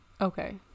Okay